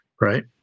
right